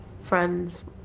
Friends